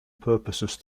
purposes